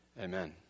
Amen